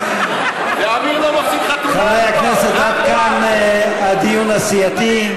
חברי הכנסת, עד כאן הדיון הסיעתי.